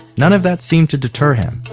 none of that seemed to deter him.